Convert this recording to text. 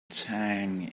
tang